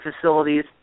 facilities